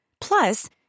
Plus